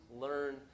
learn